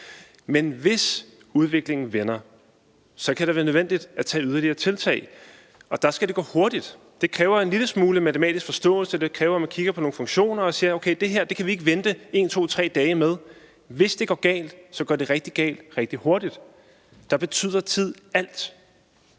Men hvis udviklingen vender, kan det være nødvendigt at tage yderligere tiltag, og der skal det gå hurtigt. Det kræver en lille smule matematisk forståelse; det kræver, at man kigger på nogle funktioner og ser, at vi ikke kan vente 1, 2 eller 3 dage med det her. Hvis det går galt, går det rigtig galt rigtig hurtigt, og der betyder tid alt.